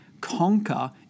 conquer